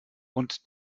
und